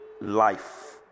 life